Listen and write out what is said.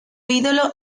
ídolo